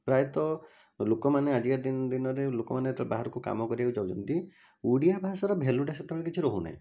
ପ୍ରାୟତଃ ଲୋକମାନେ ଆଜିକା ଦିନରେ ଲୋକମାନେ ତ ବାହାରକୁ କାମ କରିବାକୁ ଯାଉଛନ୍ତି ଓଡ଼ିଆ ଭାଷାର ଭ୍ୟାଲୁ ସେତେବେଳେ କିଛି ରହୁନାହିଁ